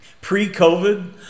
Pre-COVID